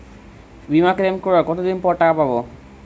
বিমা ক্লেম করার কতদিন পর টাকা পাব?